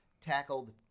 tackled